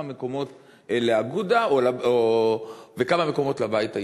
מקומות לאגודה וכמה מקומות לבית היהודי,